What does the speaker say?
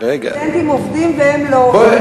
הסטודנטים עובדים והם לא עובדים?